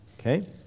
okay